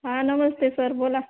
हां नमस्ते सर बोला